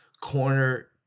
corner